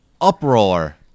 uproar